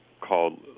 called